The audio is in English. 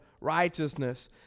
righteousness